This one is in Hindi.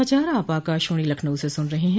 यह समाचार आप आकाशवाणी लखनऊ से सुन रहे हैं